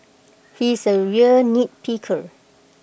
he is A real nitpicker